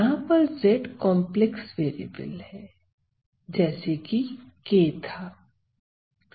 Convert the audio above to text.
यहां पर z complex variable है जैसे की k था